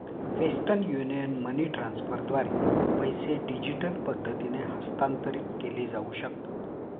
western Union money ट्रान्स्फरद्वारे पैसे digital पद्धतीने हस्तांतरित केले जाऊ शकतात